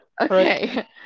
Okay